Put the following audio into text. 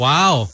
Wow